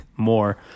more